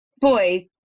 boy